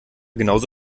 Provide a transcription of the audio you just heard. genauso